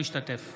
משתתף